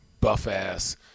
buff-ass